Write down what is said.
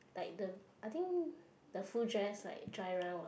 like the I think the full dress like dry run was